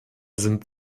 sind